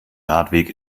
radweg